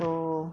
so